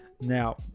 Now